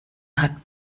hat